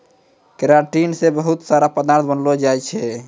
keratin से बहुत सारा पदार्थ बनलो जाय छै